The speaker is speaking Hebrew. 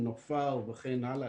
"נופר" וכן הלאה.